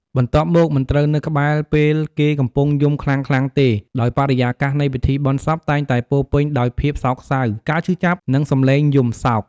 បន្ទាប់មក មិនត្រូវនៅក្បែរពេលគេកំពុងយំខ្លាំងៗទេ ដោយបរិយាកាសនៃពិធីបុណ្យសពតែងតែពោរពេញដោយភាពសោកសៅ ការឈឺចាប់ និងសំឡេងយំសោក។